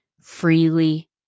freely